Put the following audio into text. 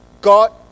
God